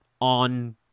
on